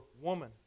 woman